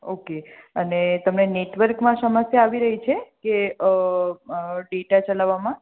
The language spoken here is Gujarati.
ઓકે અને તમને નેટવર્કમાં સમસ્યા આવી રહી છે કે હ ડેટા ચલાવવામાં